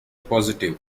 positive